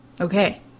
Okay